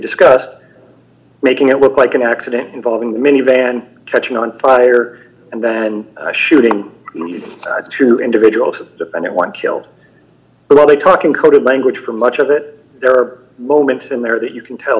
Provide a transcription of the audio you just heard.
discussed making it look like an accident involving the minivan catching on fire and then shooting two individuals and one killed they talking code language for much of it there are moments in there that you can tell